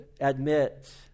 admit